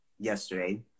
yesterday